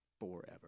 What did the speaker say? forever